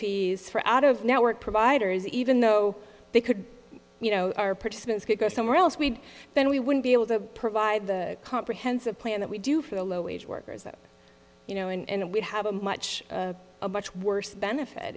fees for out of network providers even though they could you know our participants could go somewhere else we'd then we wouldn't be able to provide the comprehensive plan that we do for the low wage workers that you know and we'd have a much much worse benefit